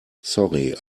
sorry